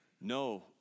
No